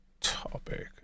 topic